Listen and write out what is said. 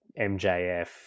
MJF